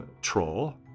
Troll